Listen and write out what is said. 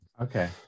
Okay